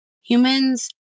Humans